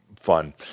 fun